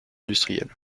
industriels